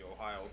Ohio